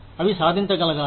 అవి సాధించగలగాలి